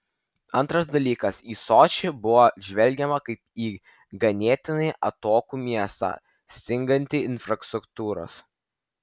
antras dalykas į sočį buvo žvelgiama kaip į ganėtinai atokų miestą stingantį infrastruktūros